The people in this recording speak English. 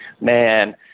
man